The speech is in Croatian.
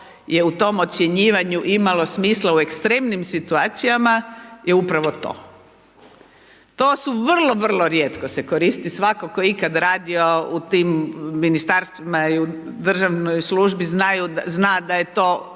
je u tom ocjenjivanju imalo smisla u ekstremnim situacijama je upravo to. To su vrlo vrlo rijetko se koristi, svatko tko je itko radio u tim ministarstvima i u državnoj službi, zna da je to